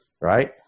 right